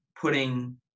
putting